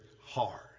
hard